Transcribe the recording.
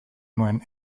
nuen